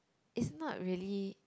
it's not really